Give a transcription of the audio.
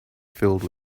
filled